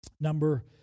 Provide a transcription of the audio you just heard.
Number